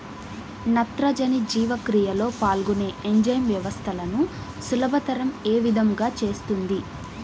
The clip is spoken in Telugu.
నత్రజని జీవక్రియలో పాల్గొనే ఎంజైమ్ వ్యవస్థలను సులభతరం ఏ విధముగా చేస్తుంది?